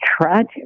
tragic